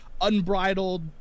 unbridled